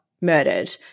murdered